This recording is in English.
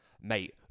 mate